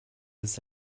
ist